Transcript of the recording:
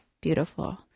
beautiful